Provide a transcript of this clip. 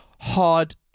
hard